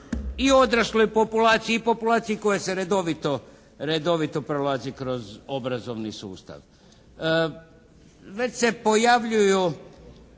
i odrasloj populaciji i populaciji koja se redovito prolazi kroz obrazovni sustav. Već se pojavljuju